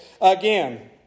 again